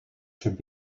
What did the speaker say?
should